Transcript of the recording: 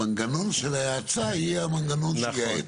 המנגנון של ההאצה יהיה המנגנון שיאט.